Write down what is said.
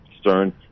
Stern